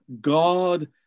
God